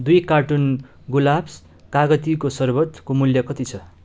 दुई कार्टुन गुलाब्स कागतीको सर्बतको मूल्य कति छ